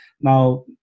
now